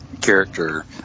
character